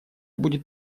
будет